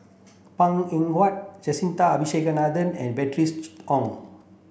Png Eng Huat Jacintha Abisheganaden and Bernice Ong